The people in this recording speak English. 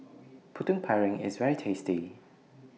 Putu Piring IS very tasty